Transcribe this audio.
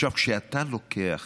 עכשיו, כשאתה לוקח